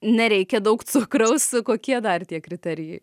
nereikia daug cukraus kokie dar tie kriterijai